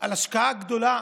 על השקעה גדולה